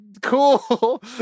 cool